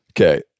Okay